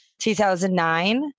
2009